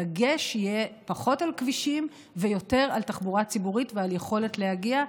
הדגש יהיה פחות על כבישים ויותר על תחבורה ציבורית ועל יכולת להגיע.